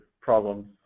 problems